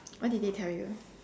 what did they tell you